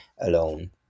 alone